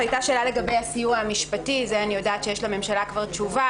הייתה שאלה לגבי הסיוע המשפטי אני יודעת שיש לממשלה כבר תשובה